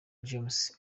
james